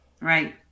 Right